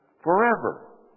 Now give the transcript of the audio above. forever